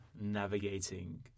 navigating